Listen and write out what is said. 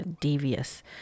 devious